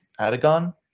Adagon